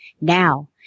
Now